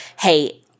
hey